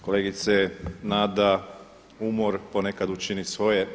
Kolegice Nada, umor ponekad učini svoje.